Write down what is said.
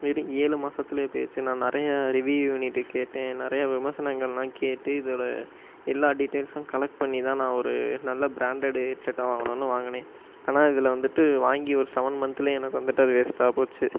வெறும் ஏழு மாசத்துலேயே போய்டுச்சி நான் நிறையா ரிவியூ கேட்டேன் நிறையா விமர்சனங்கள்லாம் கேட்டு இதோட எல்லா டீட்டெயில்ஸும் கலெக்ட் பண்ணி தான் நான் ஒரு நல்ல பிராண்டட் ஹெட்செட்டாக வாங்கணும்னு வாங்கினேன் ஆனால் இதில் வந்துவிட்டு வாங்கி ஒரு செவன் மந்த்துலேயே எனக்கு வந்துட்டு அது வேஸ்ட்டாக போச்சு